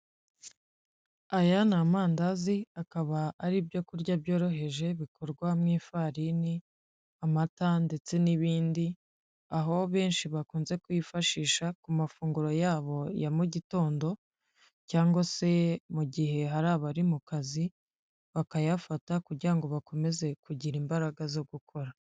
Aya ni amandazi akaba ari ibyokurya byoroheje bikorwa mu ifarini, amata ndetse n'ibindi, aho benshi bakunze kwifashisha ku mafunguro yabo ya mu gitondo, cyangwa se mu gihe hari abari mu kazi bakayafata kugira ngo bakomeze kugira imbaraga zo gukora.